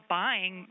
buying